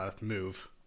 move